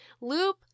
Loop